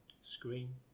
screen